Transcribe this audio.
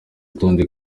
rutonde